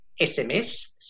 SMS